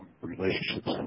relationships